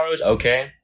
okay